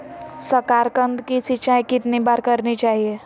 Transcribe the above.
साकारकंद की सिंचाई कितनी बार करनी चाहिए?